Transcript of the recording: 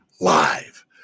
live